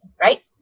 right